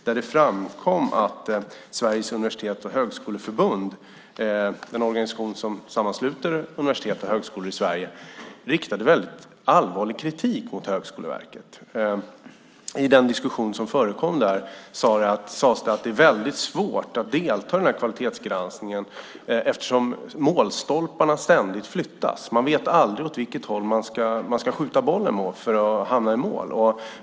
Där framkom det att Sveriges universitets och högskoleförbund, en organisation som sammansluter universitet och högskolor i Sverige, riktade allvarlig kritik mot Högskoleverket. I den diskussion som förekom sades det att det är svårt att delta i kvalitetsgranskningen eftersom målstolparna ständigt flyttas. Man vet aldrig åt vilket håll man ska skjuta bollen för att hamna i mål.